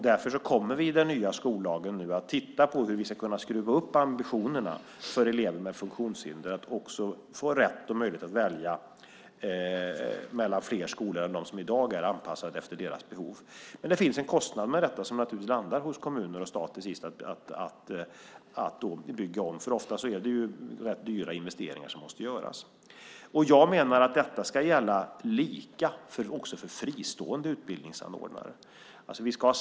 Därför kommer vi att titta på hur vi i den nya skollagen ska kunna skruva upp ambitionerna för elever med funktionshinder så att också de får rätt och möjlighet att välja mellan fler skolor än dem som i dag är anpassade efter deras behov. Det finns en kostnad med detta att bygga om som naturligtvis landar hos kommuner och sist staten. Oftast är det ganska dyra investeringar som måste göras. Jag menar att detta ska gälla lika också för fristående utbildningsanordnare.